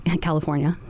California